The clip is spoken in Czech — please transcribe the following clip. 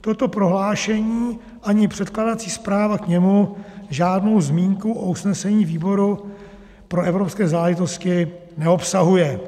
Toto prohlášení ani předkládací zpráva k němu žádnou zmínku o usnesení výboru pro evropské záležitosti neobsahuje.